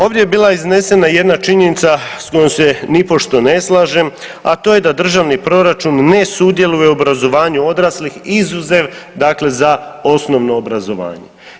Ovdje je bila iznesena jedna činjenica s kojom se nipošto ne slažem a to je da državni proračun ne sudjeluje u obrazovanju odraslih izuzev dakle za osnovno obrazovanje.